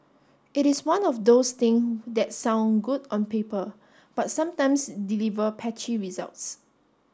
it is one of those thing that sound good on paper but sometimes deliver patchy results